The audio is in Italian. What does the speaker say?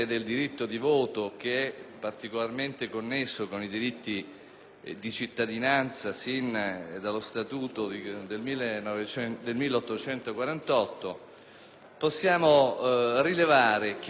di cittadinanza, sin dallo Statuto del 1848, potremmo rilevare che queste consultazioni introducono